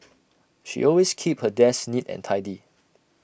she always keeps her desk neat and tidy